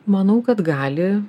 manau kad gali